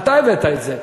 אתה הבאת את זה.